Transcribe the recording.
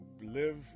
Live